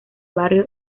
barrio